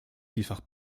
vielfach